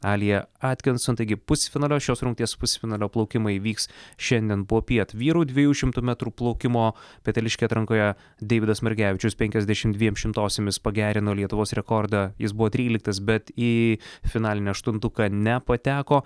alia atkinson taigi pusfinalio šios rungties pusfinalio plaukimai vyks šiandien popiet vyrų dviejų šimtų metrų plaukimo peteliške atrankoje deividas margevičius penkiasdešimt dviem šimtosiomis pagerino lietuvos rekordą jis buvo tryliktas bet į finalinį aštuntuką nepateko